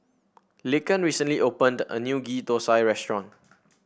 Laken recently opened a new Ghee Thosai restaurant